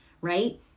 right